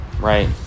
right